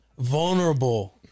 vulnerable